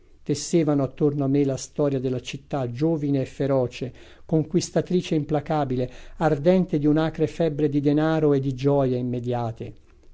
tessevano attorno a me la storia della città giovine e feroce conquistatrice implacabile ardente di un'acre febbre di denaro e di gioie immediate